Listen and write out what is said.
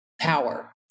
power